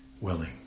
Willing